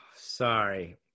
sorry